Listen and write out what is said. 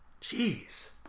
Jeez